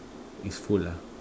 is full ah